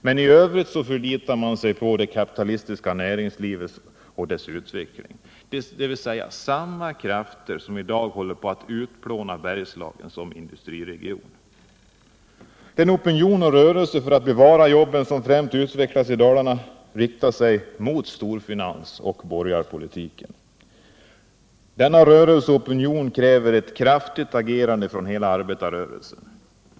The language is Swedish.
Men i övrigt förlitar man sig på det kapitalistiska näringslivet och dess utveckling, dvs. samma krafter som i dag håller på att utplåna Bergslagen som industriregion. Den opinion och rörelse för att bevara jobben som främst utvecklats i Dalarna riktar sig mot storfinansen och borgarpolitiken. Denna rörelse och opinion kräver ett kraftigt agerande från hela arbetarrörelsen.